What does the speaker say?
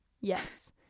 yes